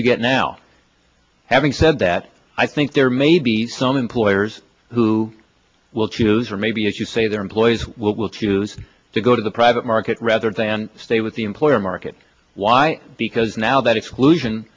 you get now having said that i think there may be some employers who will choose or maybe as you say their employees will choose to go to the private market rather than stay with the employer market why because now that exclusion